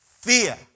fear